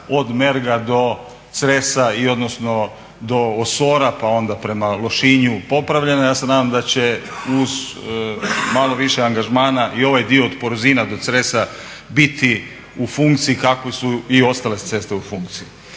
od Merga do Cresa i odnosno do Osora pa onda prema Lošinju popravljena. Ja se nadam da će uz malo više angažmana i ovaj dio od Porozina do Cresa biti u funkciji kakvoj su i ostale ceste u funkciji.